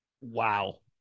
Wow